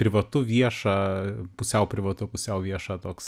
privatu vieša pusiau privatu pusiau vieša toks